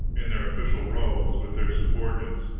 in their official robes, with their subordinates,